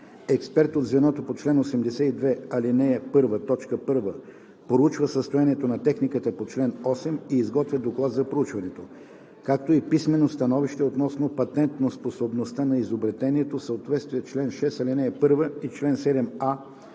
експерт от звеното по чл. 82, ал. 1, т. 1 проучва състоянието на техниката по чл. 8 и изготвя доклад за проучването, както и писмено становище относно патентоспособността на изобретението в съответствие с чл. 6, ал. 1 и чл. 7а